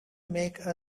make